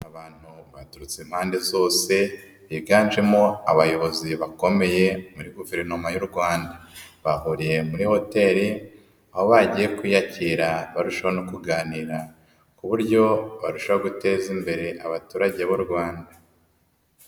Abantu baturutse impande zose higanjemo abayobozi bakomeye muri Guverinoma y'u Rwanda, bahuriye muri hoteri aho bagiye kwiyakira barushaho no kuganira ku buryo barushaho guteza imbere abaturage b'u Rwanda.